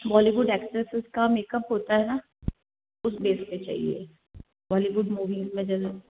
Bollywood actresses का makeup होता है ना उस बेस पर चाहिए बॉलीवुड मूवी में जैसे